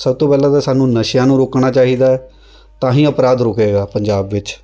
ਸਭ ਤੋਂ ਪਹਿਲਾਂ ਤਾਂ ਸਾਨੂੰ ਨਸ਼ਿਆਂ ਨੂੰ ਰੋਕਣਾ ਚਾਹੀਦਾ ਹੈ ਤਾਂ ਹੀ ਅਪਰਾਧ ਰੁਕੇਗਾ ਪੰਜਾਬ ਵਿੱਚ